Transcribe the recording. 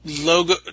Logo